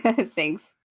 Thanks